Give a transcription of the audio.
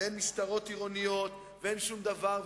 ואין משטרות עירוניות ואין שום דבר.